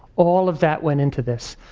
all of that went into this.